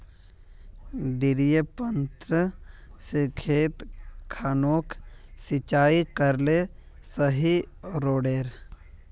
डिरिपयंऋ से खेत खानोक सिंचाई करले सही रोडेर?